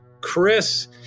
Chris